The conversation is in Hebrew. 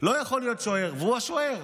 לא יכול להיות שוער, והוא השוער.